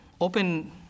open